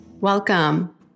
Welcome